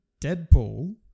Deadpool